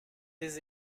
des